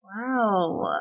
Wow